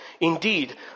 Indeed